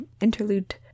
interlude